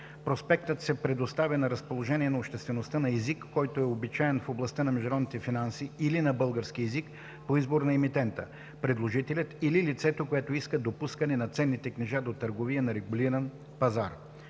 „Проспектът се предоставя на разположение на обществеността на език, който е обичаен в областта на международните финанси или на български език, по избор на емитента, предложителят или лицето, което иска допускане на ценните книжа до търговия на регулиран пазар.”